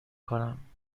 کنم